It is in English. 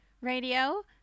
radio